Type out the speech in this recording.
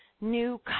new